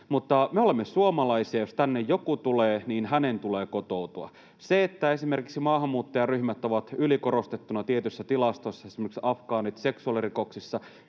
Mutta me olemme suomalaisia, ja jos tänne joku tulee, niin hänen tulee kotoutua. Se, että esimerkiksi maahanmuuttajaryhmät ovat ylikorostettuina tietyissä tilastoissa, esimerkiksi afgaanit seksuaalirikoksissa,